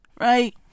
right